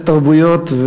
ותרבויות,